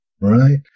right